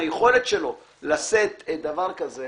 היכולת שלו לשאת דבר כזה